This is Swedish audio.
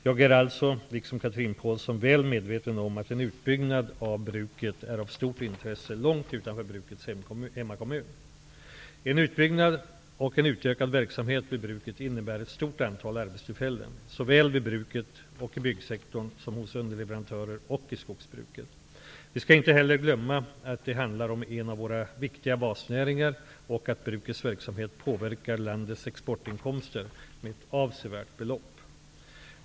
Jag är alltså, liksom Chatrine Pålsson, väl medveten om att en utbyggnad av bruket är av stort intresse långt utanför brukets hemmakommun. En utbyggnad och en utökad verksamhet vid bruket innebär ett stort antal arbetstillfällen, såväl vid bruket och i byggsektorn som hos underleverantörer och i skogsbruket. Vi skall inte heller glömma att det handlar om en av våra viktiga basnäringar och att brukets verksamhet påverkar landets exportinkomster med ett avsevärt belopp.